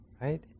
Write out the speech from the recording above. right